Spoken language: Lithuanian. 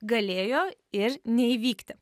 galėjo ir neįvykti